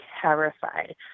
terrified